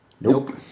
Nope